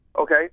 okay